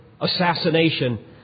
assassination